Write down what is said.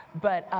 but